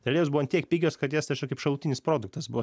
ir jos buvo ant tiek pigios kad jas kaip šalutinis produktas buvo